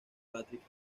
patrick